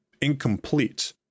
incomplete